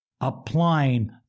Applying